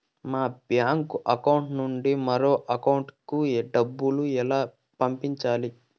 మా bank account నుండి మరొక అకౌంట్ కు డబ్బును ఎలా పంపించాలి